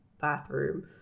bathroom